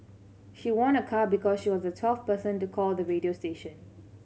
she won a car because she was the twelfth person to call the radio station